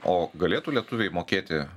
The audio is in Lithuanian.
o galėtų lietuviai mokėti